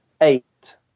eight